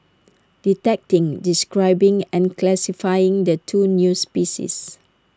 detecting describing and classifying the two new species